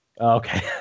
okay